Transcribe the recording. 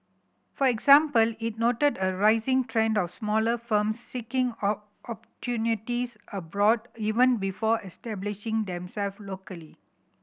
for example it noted a rising trend of smaller firms seeking opportunities abroad even before establishing themself locally